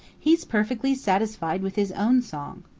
he's perfectly satisfied with his own song.